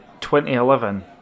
2011